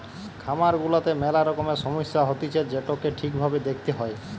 খামার গুলাতে মেলা রকমের সমস্যা হতিছে যেটোকে ঠিক ভাবে দেখতে হয়